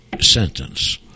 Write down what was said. sentence